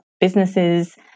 businesses